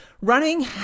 running